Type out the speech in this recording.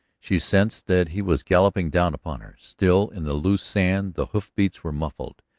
she sensed that he was galloping down upon her still in the loose sand the hoof-beats were muffled.